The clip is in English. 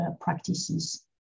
practices